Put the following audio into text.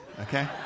okay